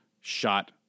shot